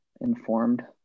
informed